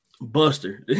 Buster